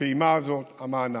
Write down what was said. הפעימה הזאת, המענק.